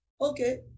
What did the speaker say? Okay